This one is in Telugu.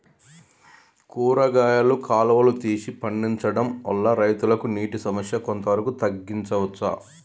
కూరగాయలు కాలువలు తీసి పండించడం వల్ల రైతులకు నీటి సమస్య కొంత వరకు తగ్గించచ్చా?